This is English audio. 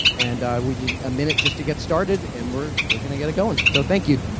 and we need a minute just to get started and we're we're gonna get it going. so thank you.